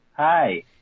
Hi